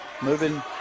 Moving